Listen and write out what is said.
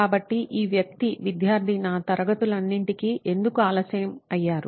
కాబట్టి ఈ వ్యక్తి విద్యార్థి నా తరగతులన్నింటికీ ఎందుకు ఆలస్యం అయ్యారు